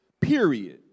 period